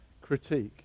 critique